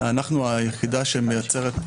אנחנו היחידה שמייצרת את